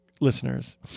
listeners